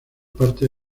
parte